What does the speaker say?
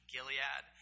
Gilead